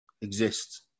exist